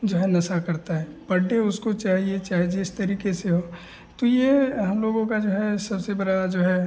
जो है नशा करता है पर डे उसको चाहिए ही चाहे जिस तरीक़े से हो तो यह हम लोगों का जो है सबसे बड़ा जो है